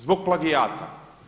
Zbog plagijata.